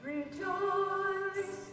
Rejoice